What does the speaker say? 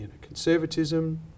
conservatism